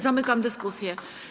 Zamykam dyskusję.